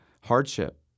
hardship